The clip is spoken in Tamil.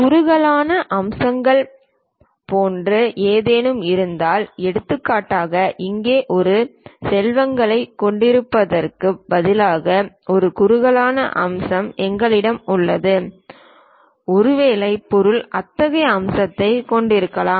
குறுகலான அம்சங்கள் போன்ற ஏதேனும் இருந்தால் எடுத்துக்காட்டாக இங்கே ஒரு செவ்வகத்தைக் கொண்டிருப்பதற்குப் பதிலாக ஒரு குறுகலான அம்சம் எங்களிடம் உள்ளது ஒருவேளை பொருள் அத்தகைய அம்சத்தைக் கொண்டிருக்கலாம்